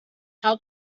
how